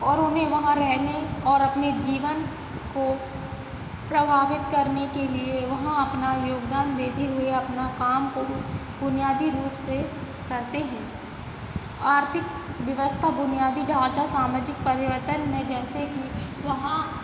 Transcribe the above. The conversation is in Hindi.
और उन्हे वहाँ रहने और अपने जीवन को प्रभावित करने के लिए वहाँ अपना योगदान देते हुए अपना काम को बु बुनियादी रूप से करते हैं आर्थिक व्यवस्था बुनियादी ढांचा सामाजिक परिवर्तन ने जैसे कि वहाँ